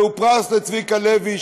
זהו פרס לצביקה לוי,